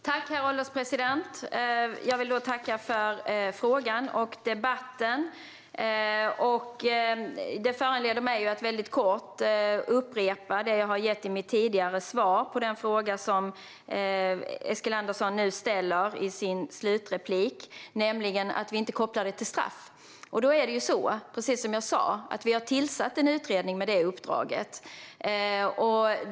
Herr ålderspresident! Jag vill tacka för frågan och för debatten. Detta föranleder mig att väldigt kort upprepa det jag sa i mitt tidigare svar på den fråga som Eskilandersson nu ställde i sin slutreplik om att vi inte kopplar detta till straff. Som jag sa har vi tillsatt en utredning med detta uppdrag.